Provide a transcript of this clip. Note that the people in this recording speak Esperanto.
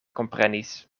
komprenis